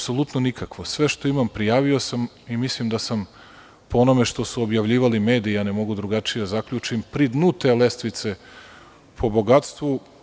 Sve što imam prijavio sam i mislim da sam po onome što su objavljivali mediji, ja ne mogu drugačije da zaključim, pri dnu te lestvice po bogatstvu.